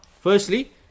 Firstly